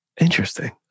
Interesting